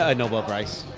ah nobel prize,